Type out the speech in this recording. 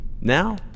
Now